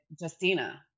Justina